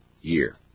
year